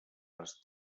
les